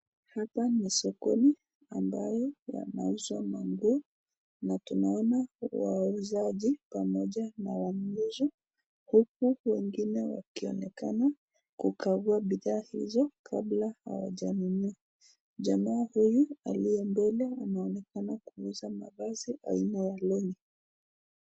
Hapa ni sokoni ambayo yameuzwa mango na tunaona wauzaji pamoja na wanunuzi huku wengine wakionekana kukagua bidhaa hizo kabla hawajanunua. Jamaa huyu aliye mbele anaonekana kuuza mavazi aina ya loni.